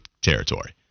territory